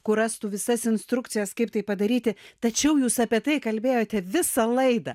kur rastų visas instrukcijas kaip tai padaryti tačiau jūs apie tai kalbėjote visą laidą